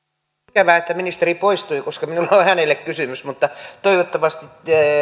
ikävää että ministeri poistui koska minulla on hänelle kysymys mutta toivottavasti